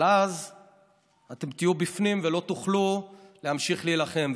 אבל אז אתם תהיו בפנים ולא תוכלו להמשיך להילחם.